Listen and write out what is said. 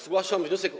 Zgłaszam wniosek.